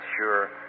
sure